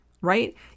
right